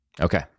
Okay